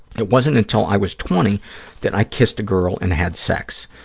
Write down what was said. it wasn't until i was twenty that i kissed a girl and had sex.